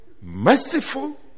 merciful